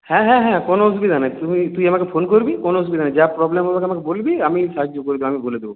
হ্যাঁ হ্যাঁ হ্যাঁ কোনো অসুবিধা নাই তুমি তুই আমাকে ফোন করবি কোনো অসুবিধা নাই যা প্রবলেম হবে আমাকে বলবি আমি সাহায্য করে দেব আমি বলে দেব